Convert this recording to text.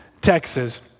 Texas